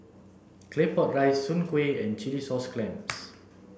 Claypot rice soon Kway and Chilli sauce clams